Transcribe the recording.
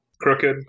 Crooked